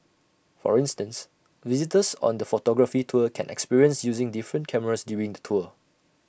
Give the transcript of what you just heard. for instance visitors on the photography tour can experience using different cameras during the tour